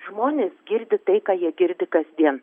žmonės girdi tai ką jie girdi kasdien